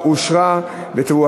(תיקון,